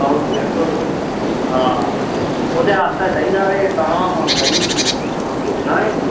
सौ डेढ सौ हां ओहदे आस्तै चाहिदा ते तां करी महा पुच्छना ऐ